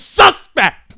suspect